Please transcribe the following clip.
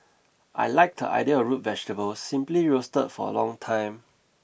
I like the idea of root vegetables simply roasted for a long time